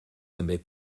també